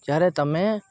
જ્યારે તમે